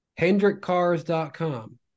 HendrickCars.com